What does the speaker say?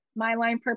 MyLinePurpose